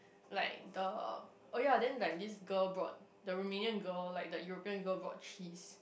like the oh ya then like this girl brought the Romanian girl like the European girl brought cheese